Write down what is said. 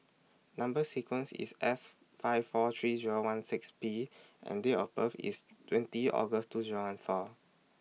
Number sequence IS S five four three Zero one seven six P and Date of birth IS twenty August two Zero one four